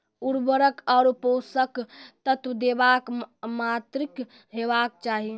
उर्वरक आर पोसक तत्व देवाक मात्राकी हेवाक चाही?